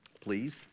please